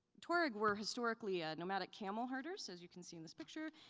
tuareg were historically ah nomadic camel herders as you can see in this picture,